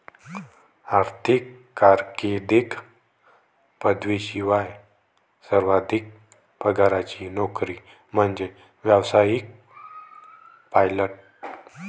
आर्थिक कारकीर्दीत पदवीशिवाय सर्वाधिक पगाराची नोकरी म्हणजे व्यावसायिक पायलट